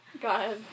God